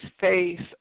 face